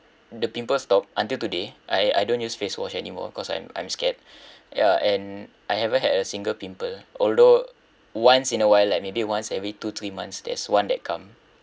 the pimples stopped until today I I don't use face wash anymore cause I'm I'm scared ya and I haven't had a single pimple although once in a while like maybe once every two three months there's one that come